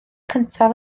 cyntaf